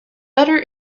better